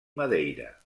madeira